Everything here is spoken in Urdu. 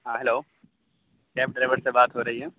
ہاں ہیلو کیب ڈرائیور سے بات ہو رہی ہے